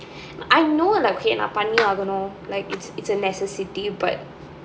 I know like நான் பண்ணியாகணும்:naan panniyaaganum like it's a necessity but